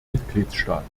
mitgliedstaat